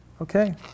Okay